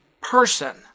person